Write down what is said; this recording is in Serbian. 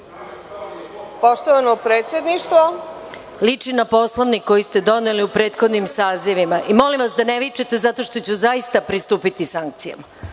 šta ovo liči.)Liči na Poslovnik koji ste doneli u prethodnim sazivima. Molim vas da ne vičete zato što ću zaista pristupiti sankcijama,